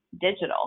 digital